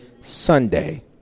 Sunday